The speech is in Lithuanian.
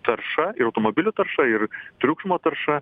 tarša ir automobilių tarša ir triukšmo tarša